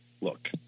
Look